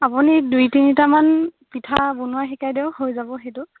আপুনি দুই তিনিটামান পিঠা বনোৱা শিকাই দিয়ক হৈ যাব সেইটো